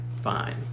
fine